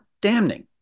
damning